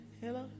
Hello